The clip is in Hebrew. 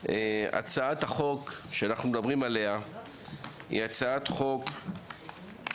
הצעת החוק שאנחנו מדברים עליה היא הצעת חוק שהתקבלה